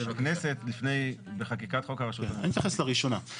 בכנסת בחקיקת חוק --- אני אתייחס לראשונה.